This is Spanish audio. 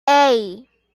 hey